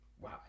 wow